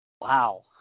Wow